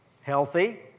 healthy